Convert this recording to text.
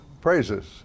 praises